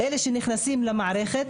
המורים שנכנסים למערכת,